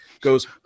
goes